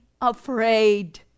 afraid